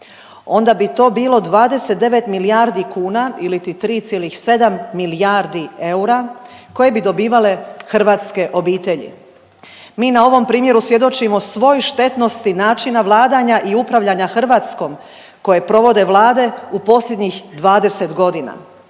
onda bi to bilo 29 milijardi kuna iliti 3,7 milijardi eura koje bi dobivale hrvatske obitelji. Mi na ovom primjeru svjedočimo svoj štetnosti načina vladanja i upravljanja Hrvatskom koje provode vlade u posljednjih 20 godina